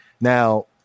Now